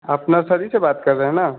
आप नर्सरी से बात कर रहे हैं ना